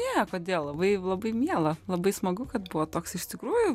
ne kodėl labai labai miela labai smagu kad buvo toks iš tikrųjų